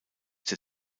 der